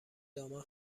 دامن